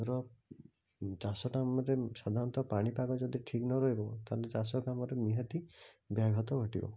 ଧର ଚାଷ ଟାଇମରେ ସାଧାରଣତଃ ପାଣିପାଗ ଯଦି ଠିକ୍ ନ ରହିବ ତାହେଲେ ଚାଷ କାମରେ ନିହାତି ବ୍ୟାଘାତ ଘଟିବ